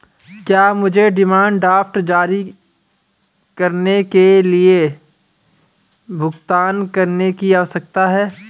क्या मुझे demand draft जारी करने के लिए भुगतान करने की आवश्यकता है?